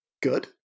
good